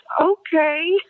Okay